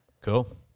Cool